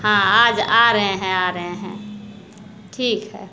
हाँ आज आ रहे हैं आ रहे हैं ठीक है